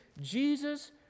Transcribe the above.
Jesus